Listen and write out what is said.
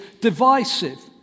divisive